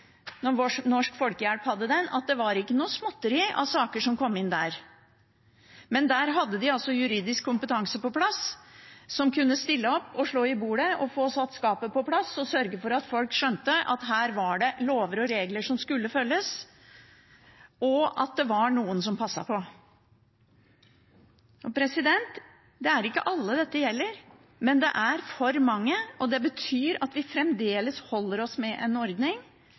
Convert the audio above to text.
Norsk Folkehjelp hadde den. Det var ikke småtteri av saker som kom inn der. Men der hadde de juridisk kompetanse på plass som kunne stille opp, slå i bordet, få satt skapet på plass og sørge for at folk skjønte at det var lover og regler som skulle følges, og at det var noen som passet på. Det er ikke alle dette gjelder, men det er for mange. Det betyr at vi fremdeles holder oss med en ordning